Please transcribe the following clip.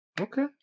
Okay